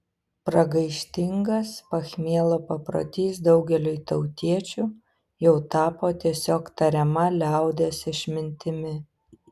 pragaištingas pachmielo paprotys daugeliui tautiečių jau tapo tiesiog tariama liaudies išmintimi